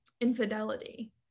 infidelity